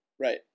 Right